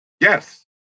yes